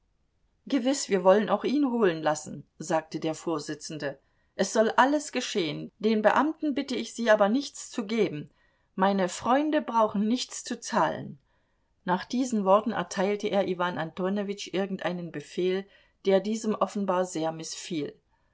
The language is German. gewiß wir wollen auch ihn holen lassen sagte der vorsitzende es soll alles geschehen den beamten bitte ich sie aber nichts zu geben meine freunde brauchen nichts zu zahlen nach diesen worten erteilte er iwan antonowitsch irgendeinen befehl der diesem offenbar sehr mißfiel